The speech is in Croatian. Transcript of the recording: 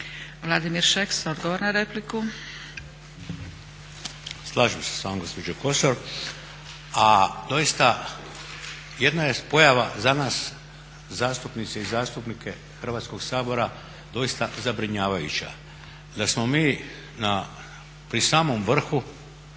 Vladimir Šeks, odgovor na repliku. **Šeks, Vladimir (HDZ)** Slažem se s vama gospođo Kosor, a doista jedna je pojava za nas zastupnice i zastupnike Hrvatskog sabora doista zabrinjavajuća, da smo mi pri samom vrhu